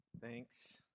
Thanks